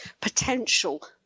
potential